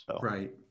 Right